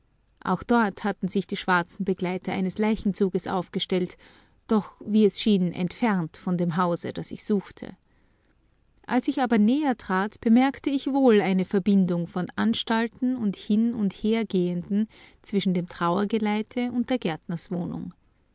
auch dort hatten sich die schwarzen begleiter eines leichenzuges aufgestellt doch wie es schien entfernt von dem hause das ich suchte als ich aber nähertrat bemerkte ich wohl eine verbindung von anstalten und hin und hergehenden zwischen dem trauergeleite und der